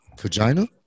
vagina